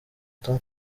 tom